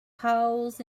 holes